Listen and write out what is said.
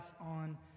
on